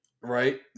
right